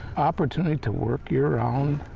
opportunity to work your own,